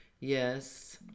yes